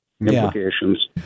implications